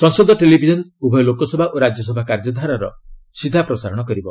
ସଂସଦ ଟେଲିଭିଜନ ଉଭୟ ଲୋକସଭା ଓ ରାଜ୍ୟସଭା କାର୍ଯ୍ୟଧାରାର ସିଧା ପ୍ରସାରଣ କରିବ